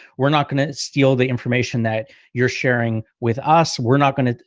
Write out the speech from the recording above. we're not going to steal the information that you're sharing with us. we're not going to,